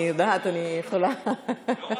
מיקי,